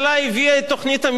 מתאר לעצמי,